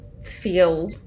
feel